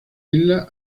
isla